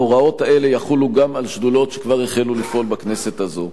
ההוראות האלה יחולו גם על שדולות שכבר החלו לפעול בכנסת הזאת.